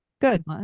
Good